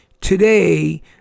today